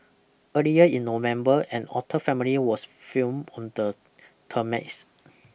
earlier in November an otter family was filmed on the